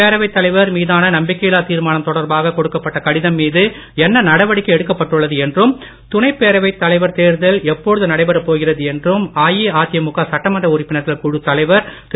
பேரவைத் தலைவர் மீதான நம்பிக்கையில்லா தீர்மானம் தொடர்பாக கொடுக்கப்பட்ட கடிதம் மீது என்ன நடவடிக்கை எடுக்கப்பட்டுள்ளது என்றும் துணைப்பேரவை தலைவர் தேர்தல் எப்போது நடைபெறப் போகிறது என்றும் அதிமுக சட்டமன்ற உறுப்பினர்கள் குழு தலைவர் திரு